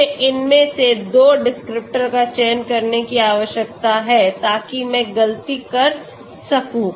तो मुझे इसमें से दो डिस्क्रिप्टर्स का चयन करने की आवश्यकता है ताकि मैं गलती कर सकूं